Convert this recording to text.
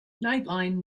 nightline